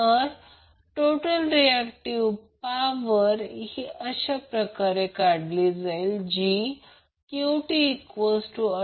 तर जर ते दिले असेल तर r म्हणजे काय x काय आहे समजा हे दिले आहे आणि विचारले की इम्पेडन्स √j आहे